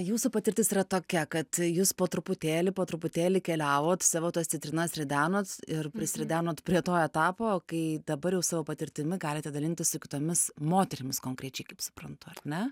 jūsų patirtis yra tokia kad jus po truputėlį po truputėlį keliavot savo tas citrinas ridenot ir prisiridenot prie to etapo kai dabar jau savo patirtimi galite dalintis su kitomis moterims konkrečiai kaip suprantu ar ne